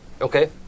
Okay